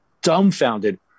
dumbfounded